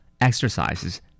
Exercises